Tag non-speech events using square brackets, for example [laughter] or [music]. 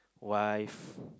wife [breath]